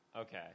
Okay